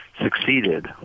succeeded